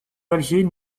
d’alger